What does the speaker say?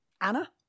Anna